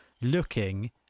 looking